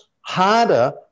harder